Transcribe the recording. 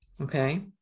Okay